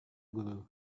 guru